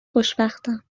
خوشبختم